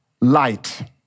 Light